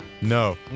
No